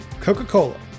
Coca-Cola